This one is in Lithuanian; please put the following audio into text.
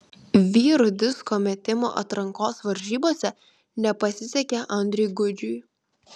vyrų disko metimo atrankos varžybose nepasisekė andriui gudžiui